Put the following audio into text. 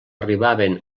arribaven